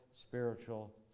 spiritual